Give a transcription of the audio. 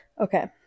Okay